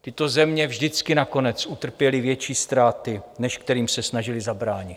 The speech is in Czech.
Tyto země vždycky nakonec utrpěly větší ztráty, než kterým se snažily zabránit.